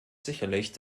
sicherlich